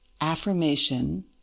affirmation